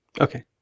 Okay